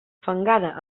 fangada